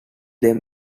them